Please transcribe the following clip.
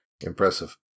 Impressive